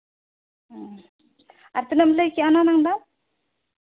ᱟᱨ ᱛᱤᱱᱟᱹᱜ ᱮᱢ ᱞᱟᱹᱭ ᱠᱮᱜᱼᱟ ᱚᱱᱟ ᱨᱮᱱᱟᱝ ᱫᱚ